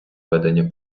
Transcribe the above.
ведення